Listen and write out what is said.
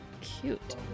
Cute